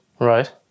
right